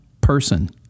person